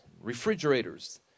refrigerators